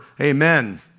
amen